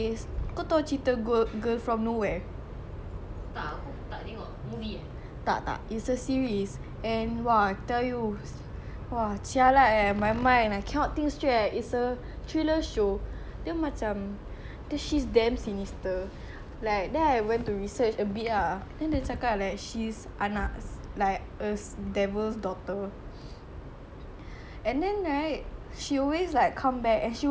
tak tak it's a series and !wah! I tell you !wah! eh my mind I cannot think straight eh it's a thriller show dia macam she damn sinister like then I went to research a bit ah then dia cakap like she's anak like a devil's daughter and then right she always like come back she will mess up with people I think you should give it a try you should go try watch you leh what kind of show you watch